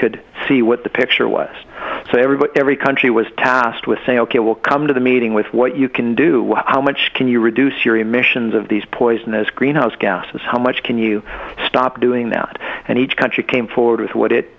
could see what the picture was so everybody every country was tasked with say ok we'll come to the meeting with what you can do how much can you reduce your emissions of these poisonous greenhouse gases how much can you stop doing that and each country came forward with what it